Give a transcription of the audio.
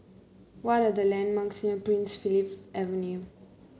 what are the landmarks near Prince Philip Avenue